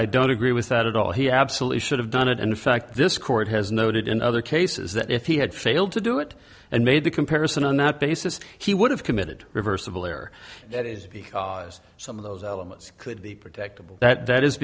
i don't agree with that at all he absolutely should have done it and in fact this court has noted in other cases that if he had failed to do it and made the comparison on that basis he would have committed reversible error it is because some of those elements could be protectable that that is